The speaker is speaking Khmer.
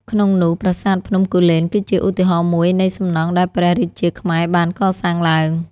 ក្នុងនោះប្រាសាទភ្នំគូលែន គឺជាឧទាហរណ៍មួយនៃសំណង់ដែលព្រះរាជាខ្មែរបានកសាងឡើង។